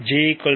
G 0